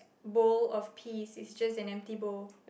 bowl of peas it's just an empty bowl